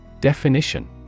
Definition